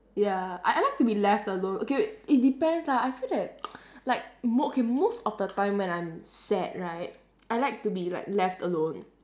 ya I I like to be left alone okay wait it depends lah I feel that like mo~ okay most of the time when I'm sad right I like to be like left alone